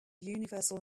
universal